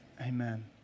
amen